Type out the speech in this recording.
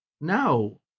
No